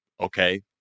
okay